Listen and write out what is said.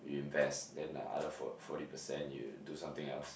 you invest then the other for~ forty percent you do something else